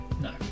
No